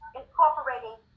incorporating